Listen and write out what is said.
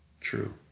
True